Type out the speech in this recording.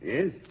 Yes